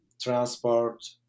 transport